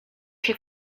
się